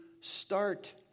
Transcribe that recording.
start